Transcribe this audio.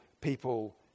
people